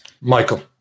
Michael